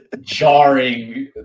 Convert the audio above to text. jarring